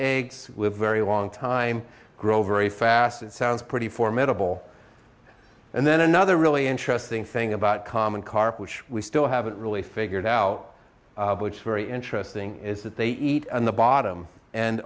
eggs with a very long time grow very fast it sounds pretty formidable and then another really interesting thing about common carp which we still haven't really figured out which is very interesting is that they eat on the bottom and